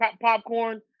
popcorn